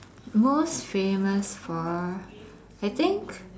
most famous for I think